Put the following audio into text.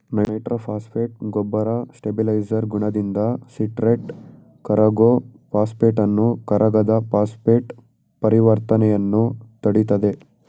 nitrophosphate ಗೊಬ್ಬರ stabiliser ಗುಣದಿಂದ citrate ಕರಗೋ ಫಾಸ್ಫೇಟನ್ನು ಕರಗದ ಫಾಸ್ಫೇಟ್ ಪರಿವರ್ತನೆಯನ್ನು ತಡಿತದೆ